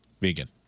vegan